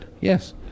Yes